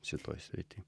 šitoj srity